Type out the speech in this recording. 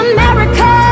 America